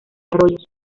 arroyos